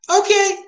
Okay